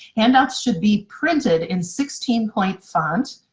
handouts should be printed in sixteen point font,